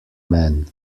men